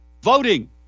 Voting